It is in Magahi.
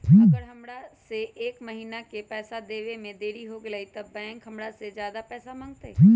अगर हमरा से एक महीना के पैसा देवे में देरी होगलइ तब बैंक हमरा से ज्यादा पैसा मंगतइ?